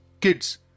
kids